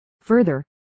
Further